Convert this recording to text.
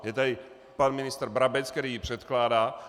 Je tady pan ministr Brabec, který ji předkládá.